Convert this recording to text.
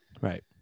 Right